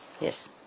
Yes